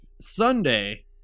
Sunday